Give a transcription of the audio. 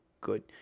good